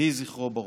יהי זכרו ברוך.